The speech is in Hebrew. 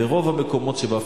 ורוב המקומות שבה,